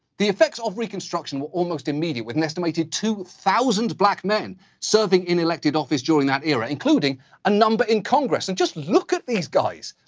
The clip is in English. the effects of reconstruction were almost immediate, with an estimated two thousand black men serving in elected office during that era. including a number in congress. and just look at these guys.